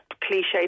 cliche